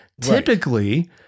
Typically